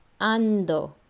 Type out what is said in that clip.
ANDO